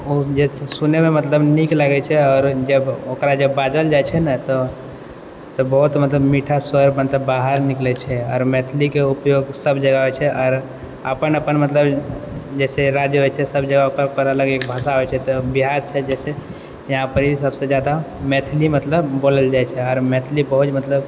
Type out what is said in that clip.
ओ जे सुनैमे मतलब नीक लगै छै आओर जब ओकरा जब बाजल जाइ छै ने तऽ बहुत मतलब मीठा स्वर मतलब बाहर निकलै छै आओर मैथिलीके उपयोग सब जगह होइ छै आओर अपन अपन मतलब जैसे राज्य होइ छै सब जगह ओकर अलग एक भाषा होइ छै तऽ बिहार छै जैसे यहाँपरी सबसँ ज्यादा मैथिली मतलब बोलल जाइ छै आओर मैथिली बहुत मतलब